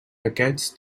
aquests